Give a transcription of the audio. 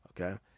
okay